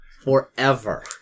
Forever